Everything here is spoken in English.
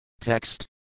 Text